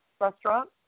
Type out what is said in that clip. restaurant